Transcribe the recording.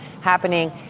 happening